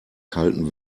kalten